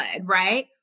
right